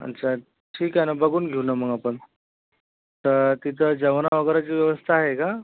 अच्छा ठीक आहे ना बघून घेऊ ना मग आपण तर तिथे जेवण वगैरेची व्यवस्था आहे का